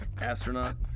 astronaut